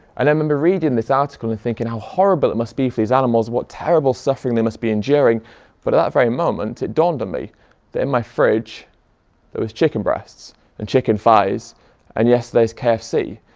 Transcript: and i remember reading this article and thinking how horrible it must be for these animals and what terrible suffering they must be enduring but at that very moment it dawned on me that in my fridge there was chicken breasts and chicken thighs and yesterday's kfc.